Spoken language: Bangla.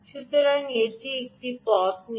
সুতরাং এটি এই পথটি নিয়েছে